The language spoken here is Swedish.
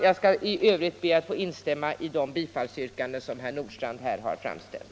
Jag ber att få instämma i de bifallsyrkanden som herr Nordstrandh har framställt.